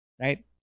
Right